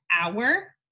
hour